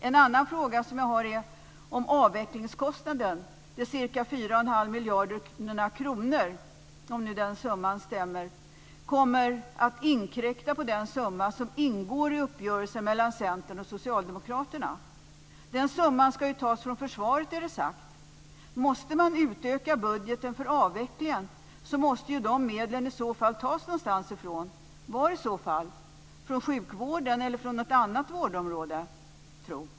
En annan fråga som jag har är om avvecklingskostnaden, de ca 4,5 miljarderna, om nu den summan stämmer, kommer att inkräkta på den summa som ingår i uppgörelsen mellan Centern och Socialdemokraterna. Den summan ska ju tas från försvaret är det sagt. Om man måste utöka budgeten för avvecklingen, så måste ju dessa medel i så fall tas någonstans ifrån. Varifrån ska de tas i så fall? Är det från sjukvården eller från något annat vårdområde?